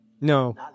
No